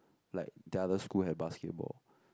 like the other school have basketball